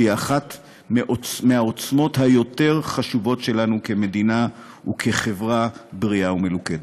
שהיא אחת מהעוצמות היותר-חשובות שלנו כמדינה וכחברה בריאה ומלוכדת.